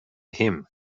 him